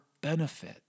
benefit